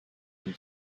yıl